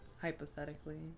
hypothetically